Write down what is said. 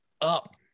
up